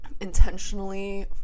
intentionally